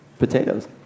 Potatoes